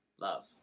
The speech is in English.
Love